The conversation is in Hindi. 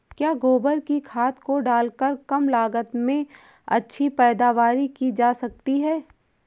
क्या गोबर की खाद को डालकर कम लागत में अच्छी पैदावारी की जा सकती है?